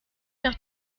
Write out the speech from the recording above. nach